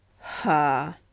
Ha